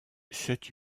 cette